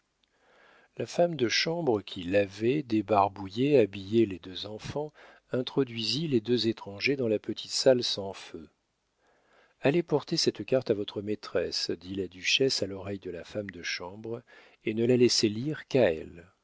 la femme de chambre qui lavait débarbouillait habillait les deux enfants introduisit les deux étrangers dans la petite salle sans feu allez porter cette carte à votre maîtresse dit la duchesse à l'oreille de la femme de chambre et ne la laissez lire qu'à elle